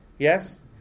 Yes